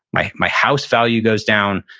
my my house value goes down,